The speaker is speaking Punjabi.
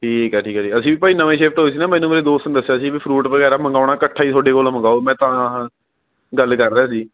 ਠੀਕ ਹੈ ਠੀਕ ਹੈ ਠੀਕ ਹੈ ਜੀ ਅਸੀਂ ਵੀ ਭਾਅ ਜੀ ਨਵੇਂ ਸ਼ਿਫਟ ਹੋਏ ਸੀ ਨਾ ਮੈਨੂੰ ਮੇਰੇ ਦੋਸਤ ਨੇ ਦੱਸਿਆ ਸੀ ਵੀ ਫਰੂਟ ਵਗੈਰਾ ਮੰਗਵਾਉਣਾ ਇਕੱਠਾ ਹੀ ਤੁਹਾਡੇ ਕੋਲੋਂ ਮੰਗਵਾਓ ਮੈਂ ਤਾਂ ਆਹ ਗੱਲ ਕਰ ਰਿਹਾ ਸੀ